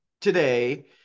today